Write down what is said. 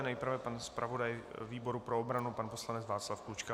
Nejprve pan zpravodaj výboru pro obranu, pan poslanec Václav Klučka.